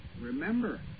Remember